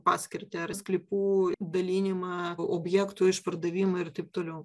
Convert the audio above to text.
paskirtį ar sklypų dalinimą o objektų išpardavimą ir taip toliau